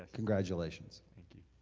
congratulations. thank you.